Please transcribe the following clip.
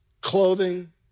clothing